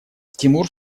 тимур